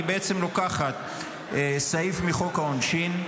היא לוקחת סעיף מחוק העונשין,